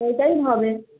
ওটাই হবে